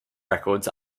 records